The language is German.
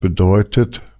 bedeutet